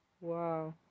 wow